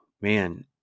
Man